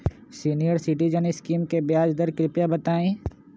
senior citizen scheme के ब्याज दर कृपया बताईं